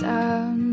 Down